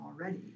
already